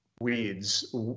weeds